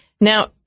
Now